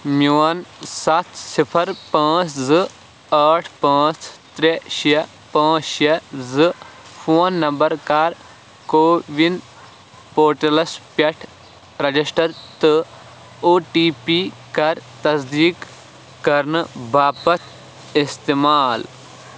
میون سَتھ صِفَر پانٛژھ زٕ ٲٹھ پانٛژھ ترٛےٚ شےٚ پانٛژھ شےٚ زٕ فون نَمبر کر کووِن پوٹلَس پٮ۪ٹھ رَجِسٹَر تہٕ او ٹی پی کر تصدیٖق کرنہٕ باپَتھ اِستعمال